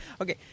Okay